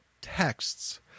texts